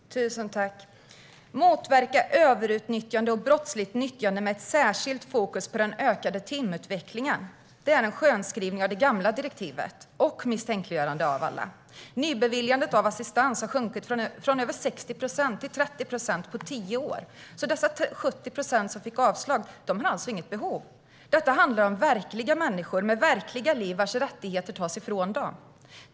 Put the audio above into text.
Herr talman! Det handlar om att motverka överutnyttjande och brottsligt nyttjande med ett särskilt fokus på den ökande timutvecklingen. Det är en skönskrivning av det gamla direktivet och ett misstänkliggörande av alla. Nybeviljandet av assistans har sjunkit från över 60 procent till 30 procent på tio år. De 70 procent som fått avslag har alltså inget behov. Detta handlar om verkliga människor med verkliga liv. Deras rättigheter tas ifrån dem.